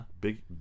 big